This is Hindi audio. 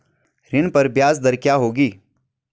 ऋण पर ब्याज दर क्या होगी?